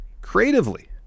creatively